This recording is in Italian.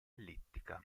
ellittica